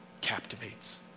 captivates